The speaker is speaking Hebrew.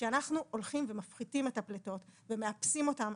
כשאנחנו הולכים ומפחיתי את הפליטות ומאפסים אותם,